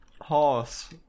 Horse